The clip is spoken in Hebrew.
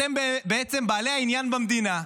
אתם בעצם בעלי העניין במדינה,